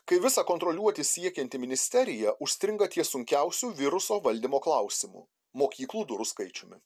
kai visa kontroliuoti siekianti ministerija užstringa ties sunkiausiu viruso valdymo klausimu mokyklų durų skaičiumi